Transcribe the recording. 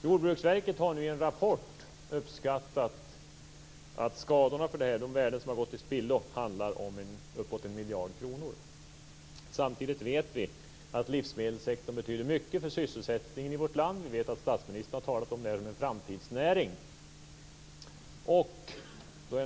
Jordbruksverket har i en rapport uppskattat att skadorna för det här, dvs. de värden som gått till spillo, uppgår till närmare en miljard kronor. Samtidigt vet vi att livsmedelssektorn betyder mycket för sysselsättningen i vårt land. Statsministern har talat om det här som en framtidsnäring.